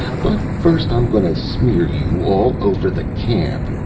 but first i'm gonna smear you all over the camp.